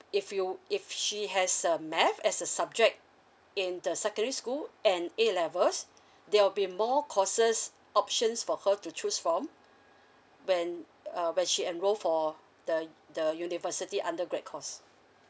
if you if she has a math as a subject in the secondary school and A levels there will be more courses options for her to choose ffom when uh when she enroll for the the university undergrad course